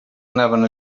anaven